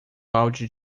balde